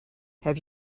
have